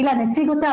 אילן הציג אותה,